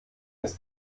ist